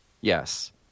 Yes